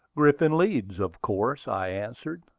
griffin leeds, of course, i answered.